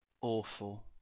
Awful